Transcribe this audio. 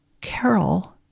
Carol